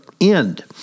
end